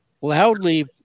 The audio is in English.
loudly